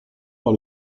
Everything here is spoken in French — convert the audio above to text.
par